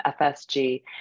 FSG